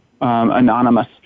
anonymous